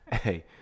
Hey